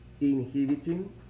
inhibiting